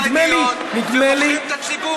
נותנים אתנן למפלגות החרדיות ומוכרים את הציבור,